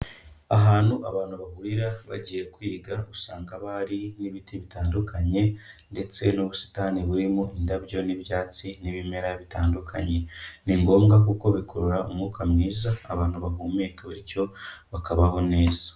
Ahantu abantu bahurira bagiye kwiga, usanga haba hari n'ibiti bitandukanye ndetse n'ubusitani burimo indabyo n'ibyatsi n'ibimera bitandukanye. Ni ngombwa kuko bikurura umwuka mwiza abantu bahumeka, bityo bakabaho neza.